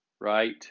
right